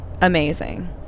amazing